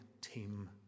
team